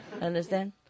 Understand